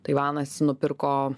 taivanas nupirko